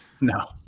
no